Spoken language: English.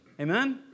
Amen